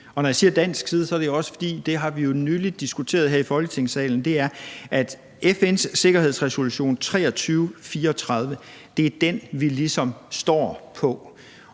Når jeg siger fra dansk side, er det også, fordi vi jo for nylig har diskuteret det her i Folketingssalen, nemlig at FN's sikkerhedsrådsresolution 2334 er den, vi ligesom står på.